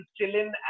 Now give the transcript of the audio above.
chilling